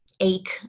ache